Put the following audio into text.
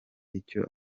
icyo